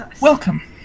Welcome